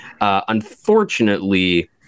Unfortunately